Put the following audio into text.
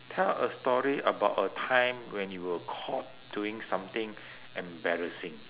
tell a story about a time when you were caught doing something embarrassing